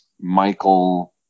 Michael